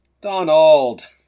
Donald